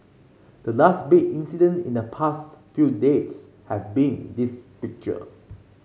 the last big incident in the past few days have been this picture